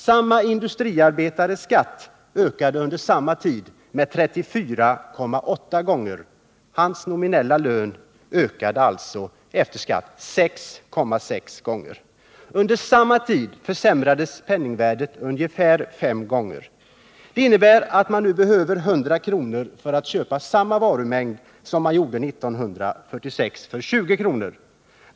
Samma industriarbetares skatt ökade under samma tid 34,8 gånger. Hans nominella lön efter skatt ökade alltså 6,6 gånger. Under samma tid försämrades penningvärdet ungefär 5 gånger. Det innebär att man nu behöver 100 kr. för att köpa samma varumängd som man 1946 fick för 20 kr.